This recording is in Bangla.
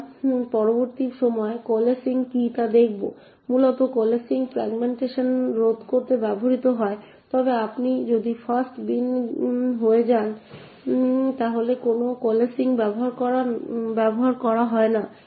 আমরা পরবর্তী সময়ে কোলেসিং কী তা দেখব মূলত কোলেসিং ফ্র্যাগমেন্টেশন রোধ করতে ব্যবহৃত হয় তবে আপনি যদি ফাস্ট বিন হয়ে যান তাহলে কোনো কোলেসিং করা হয় না